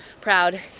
proud